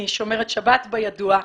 אני שומרת שבת, כידוע,